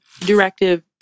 directive